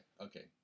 okay